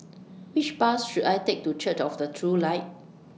Which Bus should I Take to Church of The True Light